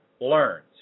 Learns